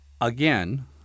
again